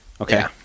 Okay